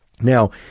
Now